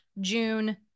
June